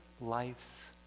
Life's